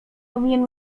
powinien